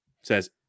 says